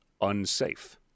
Unsafe